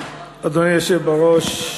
אדוני היושב בראש,